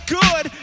good